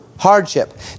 hardship